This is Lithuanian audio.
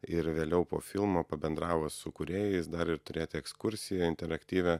ir vėliau po filmo pabendravus su kūrėjais dar ir turėti ekskursiją interaktyvią